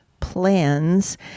plans